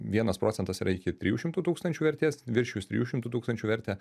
vienas procentas yra iki trijų šimtų tūkstančių vertės viršijus trijų šimtų tūkstančių vertę